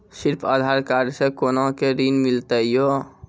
सिर्फ आधार कार्ड से कोना के ऋण मिलते यो?